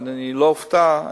ולא אופתע,